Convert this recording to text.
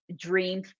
dream